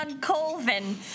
Colvin